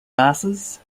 masses